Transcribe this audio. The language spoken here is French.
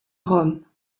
roms